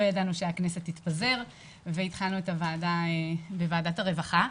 לא ידענו שהכנסת תתפזר והתחלנו את הדיון בוועדת הרווחה.